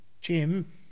Jim